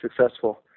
successful